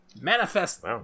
manifest